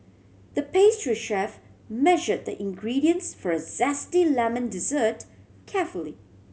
the pastry chef measured the ingredients for a zesty lemon dessert carefully